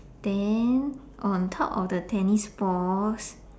then on top of the tennis balls